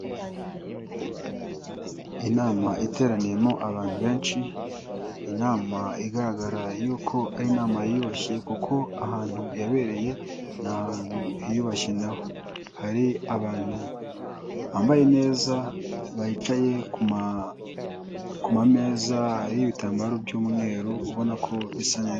Inama iteraniyemo abantu benshi, inama igaragara yuko ari inama yiyubashye kuko ahantu yabereye, ni ahantu hiyubashye naho hari abantu bambaye neza, bicaye ku mameza hari n'ibitambaro by'umweru ubona ko bisa neza.